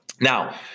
Now